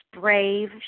brave